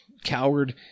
coward